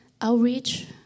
outreach